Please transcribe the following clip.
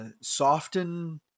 soften